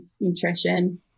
nutrition